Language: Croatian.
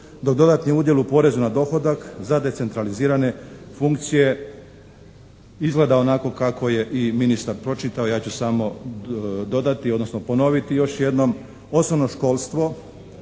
dok dodatni udjel u porezu na dohodak za decentralizirane funkcije izgleda onako kako je i ministar pročitao. Ja ću samo dodati odnosno ponoviti još jednom. Osnovno školstvo